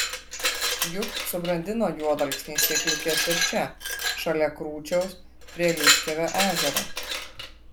juk subrandino juodalksniai sėkliukes ir čia šalia krūčiaus prie liškiavio ežero